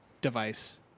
device